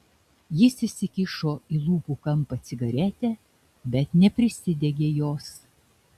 jis įsikišo į lūpų kampą cigaretę bet neprisidegė jos